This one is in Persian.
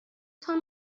تان